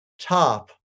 top